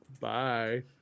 Bye